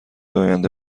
آینده